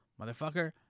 Motherfucker